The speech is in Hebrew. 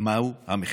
מה הוא המחיר.